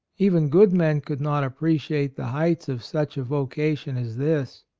even good men could not appreciate the heights of such a vocation as this.